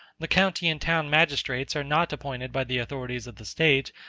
the county and town magistrates are not appointed by the authorities of the state,